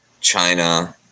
china